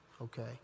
Okay